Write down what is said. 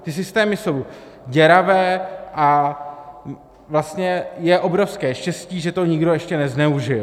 Ty systémy jsou děravé a vlastně je obrovské štěstí, že to nikdo ještě nezneužil.